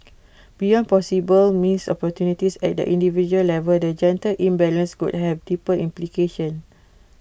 beyond possible missed opportunities at the individual level the gender imbalance could have deeper implications